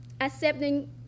accepting